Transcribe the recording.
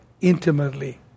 intimately